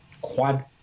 quad